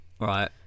right